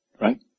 Right